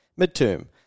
Midterm